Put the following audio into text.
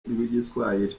rw’igiswahili